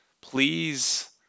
Please